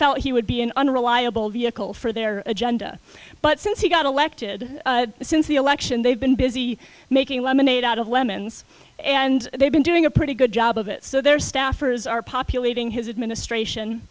felt he would be an unreliable vehicle for their agenda but since he got elected since the election they've been busy making lemonade out of lemons and they've been doing a pretty good job of it so their staffers are populating his administration